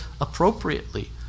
appropriately